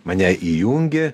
mane įjungė